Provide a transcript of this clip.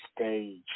stage